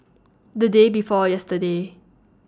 The Day before yesterday